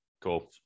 cool